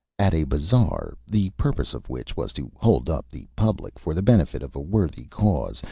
at a bazaar, the purpose of which was to hold up the public for the benefit of a worthy cause,